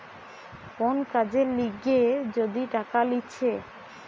কোন কাজের লিগে যদি টাকা লিছে